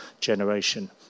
generation